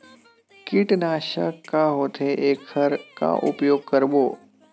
कीटनाशक का होथे एखर का उपयोग करबो?